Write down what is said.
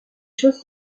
choses